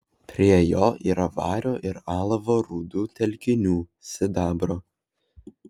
prie jo yra vario ir alavo rūdų telkinių sidabro